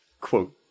Quote